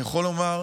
אני יכול לומר,